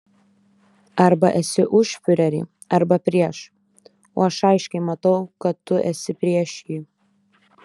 arba esi už fiurerį arba prieš o aš aiškiai matau kad tu esi prieš jį